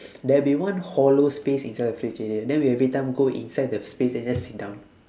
there'll be one hollow space inside the fridge area then we every time go inside the space and just sit down